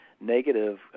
negative